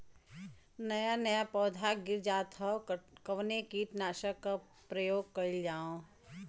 नया नया पौधा गिर जात हव कवने कीट नाशक क प्रयोग कइल जाव?